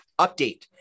update